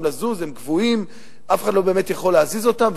לזוז והם קבועים ואף אחד לא באמת יכול להזיז אותם.